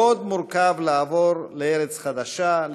מאוד מורכב לעבור לארץ חדשה,